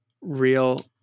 real